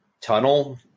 tunnel